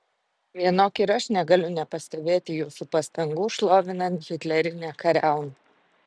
vienok ir aš negaliu nepastebėti jūsų pastangų šlovinant hitlerinę kariauną